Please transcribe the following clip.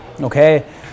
okay